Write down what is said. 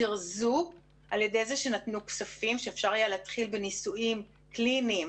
זירזו על ידי שנתנו כספים שאפשר היה להתחיל בניסויים קליניים